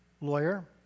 lawyer